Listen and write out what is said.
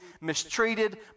mistreated